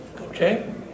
Okay